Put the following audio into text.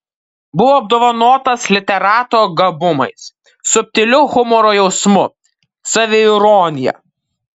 buvo apdovanotas literato gabumais subtiliu humoro jausmu saviironija